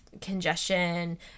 congestion